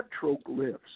petroglyphs